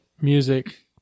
music